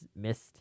missed